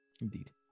Indeed